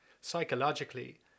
Psychologically